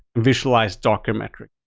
visualize docker metric.